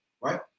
right